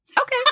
Okay